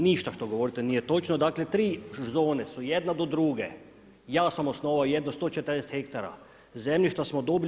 Ništa što govorite nije točno, dakle, 3 zone su jedna do druge, ja sam osnovao jedno 140 hektara zemljišta smo dobili.